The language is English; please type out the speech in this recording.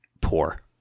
poor